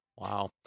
Wow